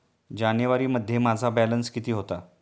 जानेवारीमध्ये माझा बॅलन्स किती होता?